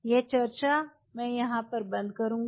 यह चर्चा मैं यहां बंद करूंगा